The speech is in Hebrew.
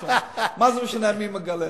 מה זה משנה מי מגלה?